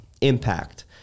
impact